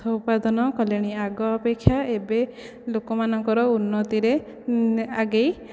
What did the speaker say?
ଅର୍ଥ ଉପାର୍ଜନ କଲେଣି ଆଗ ଅପେକ୍ଷା ଏବେ ଲୋକମାନଙ୍କର ଉନ୍ନତିରେ ଆଗେଇ